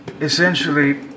Essentially